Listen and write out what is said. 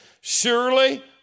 Surely